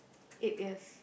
eight years